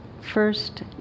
first